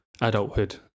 adulthood